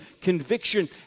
Conviction